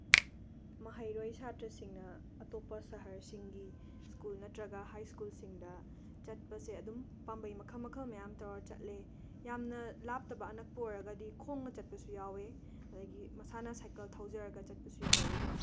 ꯃꯍꯩꯔꯣꯏ ꯁꯥꯇ꯭ꯔꯁꯤꯡꯅ ꯑꯇꯣꯞꯄ ꯁꯍꯔꯁꯤꯡꯒꯤ ꯁ꯭ꯀꯨꯜ ꯅꯠꯇ꯭ꯔꯒ ꯍꯥꯏ ꯁ꯭ꯀꯨꯜꯁꯤꯡ ꯆꯠꯄꯁꯦ ꯑꯗꯨꯝ ꯄꯥꯝꯕꯩ ꯃꯈꯜ ꯃꯈꯜ ꯃꯌꯥꯝ ꯇꯧꯔ ꯆꯠꯂꯤ ꯌꯥꯝꯅ ꯂꯥꯞꯇꯕ ꯑꯅꯛꯄ ꯑꯣꯏꯔꯒꯗꯤ ꯈꯣꯡꯅ ꯆꯠꯄꯁꯨ ꯌꯥꯎꯋꯦ ꯑꯗꯒꯤ ꯃꯁꯥꯅ ꯁꯥꯏꯀꯜ ꯊꯧꯖꯔꯒ ꯆꯠꯄꯁꯨ ꯌꯥꯎꯋꯤ